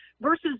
versus